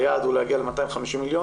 היעד הוא להגיע ל-250 מיליון,